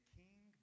king